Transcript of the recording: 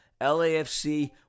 LAFC